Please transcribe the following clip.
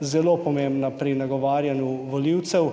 zelo pomembna pri nagovarjanju volivcev,